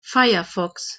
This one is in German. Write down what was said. firefox